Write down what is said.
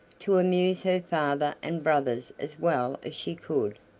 to amuse her father and brothers as well as she could,